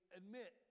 admit